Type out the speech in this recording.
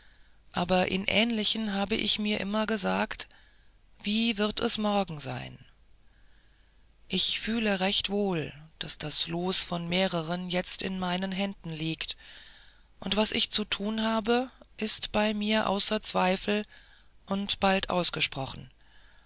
aber in ähnlichen habe ich mir immer gesagt wie wird es morgen sein ich fühle recht wohl daß das los von mehreren jetzt in meinen händen liegt und was ich zu tun habe ist bei mir außer zweifel und bald ausgesprochen